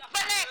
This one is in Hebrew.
תתפלא.